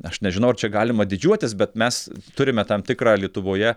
aš nežinau ar čia galima didžiuotis bet mes turime tam tikrą lietuvoje